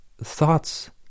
thoughts